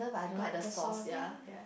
but the sauce ya